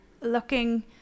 looking